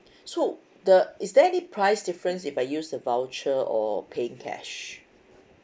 so the is there any price difference if I use the voucher or paying cash